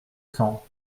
cents